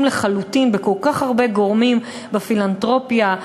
לחלוטין בכל כך הרבה גורמים: בפילנתרופיה,